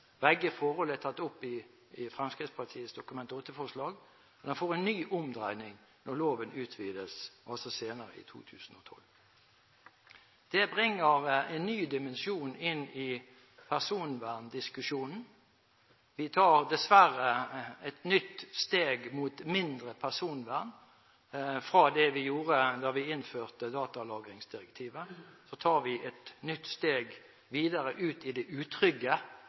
Begge forhold er tatt opp i Fremskrittspartiets Dokument 8-forslag, og den får en ny omdreining når loven utvides, altså senere i 2012. Det bringer en ny dimensjon inn i personverndiskusjonen. Vi tar dessverre et nytt steg mot mindre personvern. Fra det vi gjorde da vi innførte datalagringsdirektivet, tar vi et nytt steg ut i det utrygge,